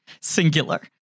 Singular